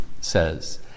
says